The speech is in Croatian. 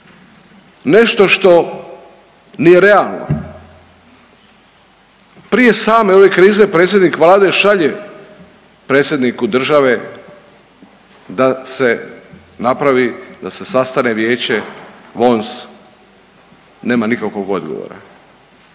nešto što nije realno? Prije same ove krize predsjednik Vlade šalje predsjedniku države da se napravi, da se sastane vijeće VONS, nema nikakvog odgovora.